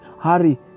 Hurry